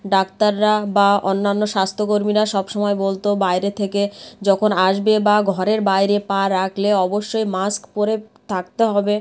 ডাক্তাররা বা অন্যান্য স্বাস্থ্য কর্মীরা সব সময় বলতো বাইরে থেকে যখন আসবে বা ঘরের বাইরে পা রাখলে অবশ্যই মাস্ক পরে থাকতে হবে